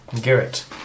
Garrett